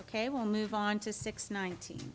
ok we'll move on to six nineteen